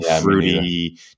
fruity